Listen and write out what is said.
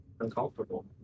uncomfortable